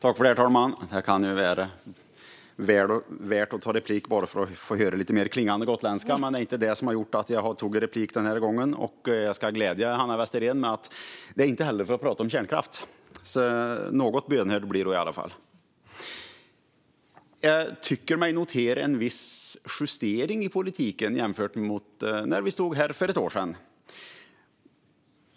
Herr talman! Det kunde ha varit värt att begära replik bara för att få höra lite mer klingande gotländska, men det var inte därför jag gjorde det den här gången. Jag ska också glädja Hanna Westerén med att det inte heller var för att prata om kärnkraft. Något bönhörd blev hon alltså i alla fall. Jag tycker mig notera en viss justering i politiken jämfört med när vi stod här för ett år sedan.